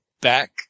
back